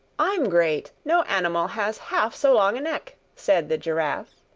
i'm great no animal has half so long a neck! said the giraffe.